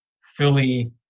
fully